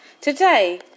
Today